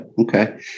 okay